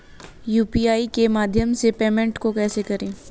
UPI के माध्यम से पेमेंट को कैसे करें?